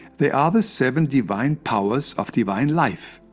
they are the seven divine powers of divine life,